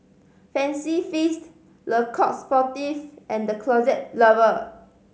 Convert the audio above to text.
Fancy Feast Le Coq Sportif and The Closet Lover